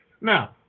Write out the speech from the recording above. Now